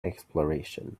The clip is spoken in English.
exploration